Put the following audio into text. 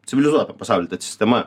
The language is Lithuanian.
civilizuotam pasaulį ta sistema